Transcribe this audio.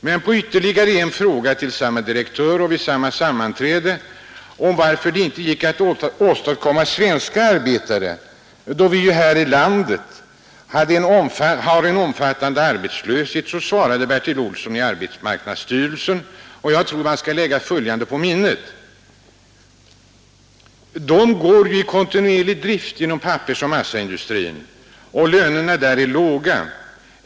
Men på ytterligare en fråga till samme direktör och vid samma sammanträde, varför man inte utnyttjade svenska arbetare, då vi här i landet har en så omfattande arbetslöshet, svarade Bertil Olsson i AMS och det tror jag man bör lägga på minnet — att man går i kontinuerlig drift inom pappersoch massindustrin och att lönerna där är låga.